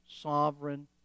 sovereign